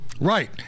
right